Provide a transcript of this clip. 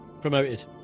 Promoted